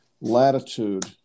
latitude